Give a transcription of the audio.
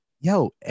Yo